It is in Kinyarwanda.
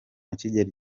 akigera